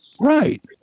Right